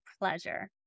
pleasure